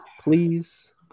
please